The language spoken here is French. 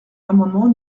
l’amendement